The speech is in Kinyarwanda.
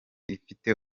ifite